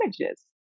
images